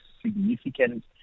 significant